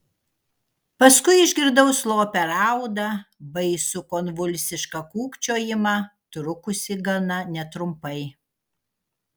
paskui išgirdau slopią raudą baisų konvulsišką kūkčiojimą trukusį gana netrumpai